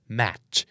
match